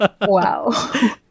Wow